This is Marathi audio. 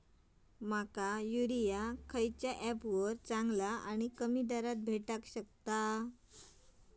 माका युरिया खयच्या ऍपवर चांगला आणि कमी दरात भेटात?